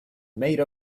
made